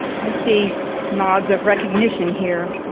i see nods of recognition here.